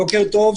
בוקר טוב.